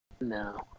No